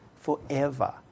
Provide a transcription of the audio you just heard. forever